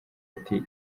ati